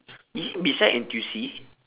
is it beside N_T_U_C